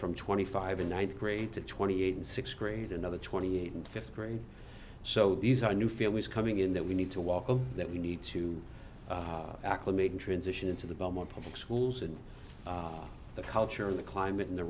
from twenty five in ninth grade to twenty eight and sixth grade another twenty eight and fifth grade so these are new families coming in that we need to walk that we need to acclimate in transition into the belmont public schools and the culture of the climate in the